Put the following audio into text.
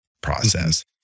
process